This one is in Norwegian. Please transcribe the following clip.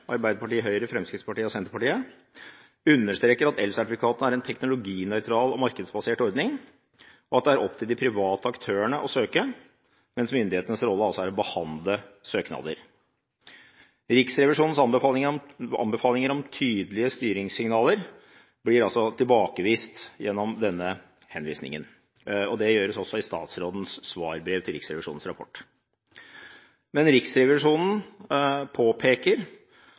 Arbeiderpartiet, Høyre, Fremskrittspartiet og Senterpartiet – understreker at elsertifikatene er en teknologinøytral, «markedsbasert ordning og at det er opp til de private aktørene å søke, mens myndighetenes rolle er å behandle søknadene». Riksrevisjonens anbefalinger om tydelige styringssignaler blir altså tilbakevist gjennom denne henvisningen. Det gjør også statsråden i sitt svarbrev som gjelder Riksrevisjonens rapport. Men Riksrevisjonen påpeker